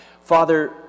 Father